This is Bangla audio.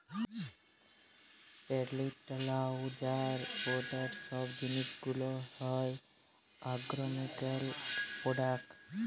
ফার্টিলাইজার, পেস্টিসাইড সব জিলিস গুলা হ্যয় আগ্রকেমিকাল প্রোডাক্ট